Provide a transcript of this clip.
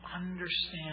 understand